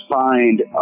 find